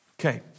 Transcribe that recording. Okay